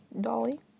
Dolly